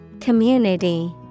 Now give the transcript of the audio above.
Community